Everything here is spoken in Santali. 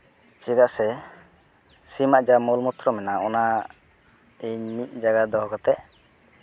ᱪᱮᱫᱟᱜ ᱥᱮ ᱥᱤᱢᱟᱜ ᱡᱟᱦᱟᱸ ᱢᱚᱞ ᱢᱩᱛᱨᱚ ᱢᱮᱱᱟᱜᱼᱟ ᱚᱱᱟ ᱤᱧ ᱢᱤᱫ ᱡᱟᱭᱜᱟ ᱨᱮ ᱫᱚᱦᱚ ᱠᱟᱛᱮᱫ